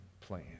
plan